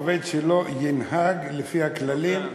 עובד שלא ינהג לפי הכללים,